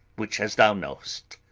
which, as thou know'st,